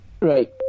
right